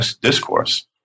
discourse